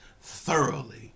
thoroughly